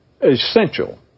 essential